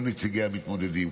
כל נציגי המתמודדים,